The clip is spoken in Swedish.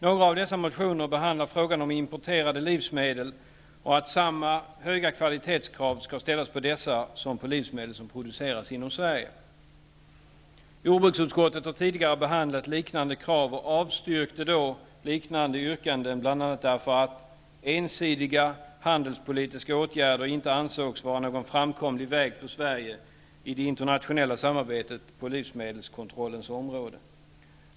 Några av dessa motioner behandlar frågan om importerade livsmedel, och det yrkas att samma höga kvalitetskrav skall ställas på dessa som på livsmedel producerade inom Sverige. Jordbruksutskottet har tidigare behandlat liknande krav och avstyrkte då liknande yrkanden, bl.a. därför att ensidiga handelspolitiska åtgärder inte ansågs vara någon framkomlig väg för Sverige i det internationella samarbetet på livsmedelskontrollens område.